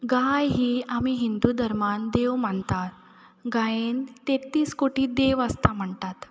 गाय ही आमी हिंदू धर्मान देव मानता गायन तेत्तीस कोटी देव आसतात म्हणटात